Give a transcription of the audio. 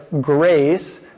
grace